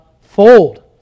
fold